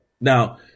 Now